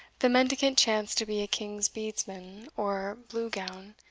the mendicant chanced to be a king's bedesman, or blue-gown,